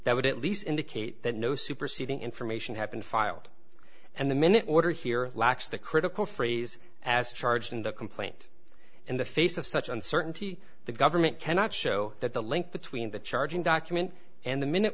that would at least indicate that no superseding information has been filed and the minute order here lacks the critical phrase as charged in the complaint in the face of such uncertainty the government cannot show that the link between the charging document and the minute